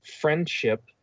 friendship